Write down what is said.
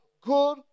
good